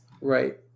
Right